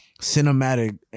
cinematic